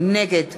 נגד